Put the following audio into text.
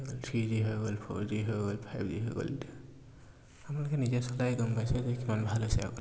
three G হৈ গ'ল four G হৈ গ'ল ফাইভ জি হৈ গ'ল আপোনালোকে নিজে চলাই গম পাইছে যে কিমান ভাল হৈছে আগতকে